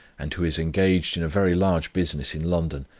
and who is engaged in a very large business in london,